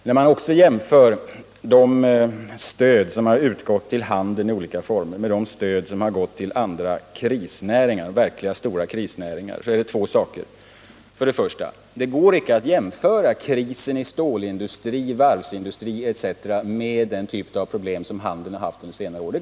När man sedan jämför det stöd som utgått till handeln i olika former med det stöd som gått till de verkligt stora krisnäringarna är det två saker jag vill säga. För det första: Det går inte att jämföra krisen i stålindustrin, varvsindustrin etc. med den typ av problem som handeln haft under senare år.